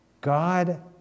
God